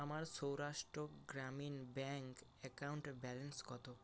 আমার সৌরাষ্ট্র গ্রামীণ ব্যাঙ্ক অ্যাকাউন্টের ব্যালেন্স কত